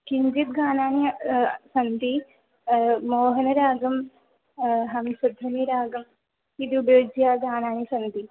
किञ्चित् गानानि सन्ति मोहनरागम् हंसध्वनिरागम् इति उपयुज्य गानानि सन्ति